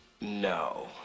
No